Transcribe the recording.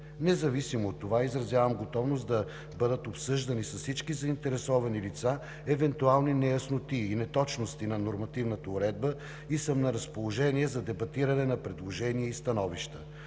Независимо от това изразявам готовност да бъдат обсъждани с всички заинтересовани лица евентуални неясноти и неточности на нормативната уредба и съм на разположение за дебатиране на предложения и становища.